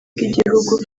bw’igihugu